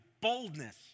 boldness